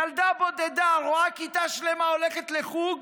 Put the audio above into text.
ילדה בודדה, רואה כיתה שלמה הולכת לחוג,